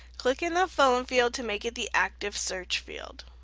click in the phone field to make it the active search field.